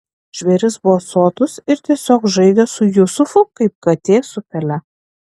žvėris buvo sotus ir tiesiog žaidė su jusufu kaip katė su pele